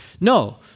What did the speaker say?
No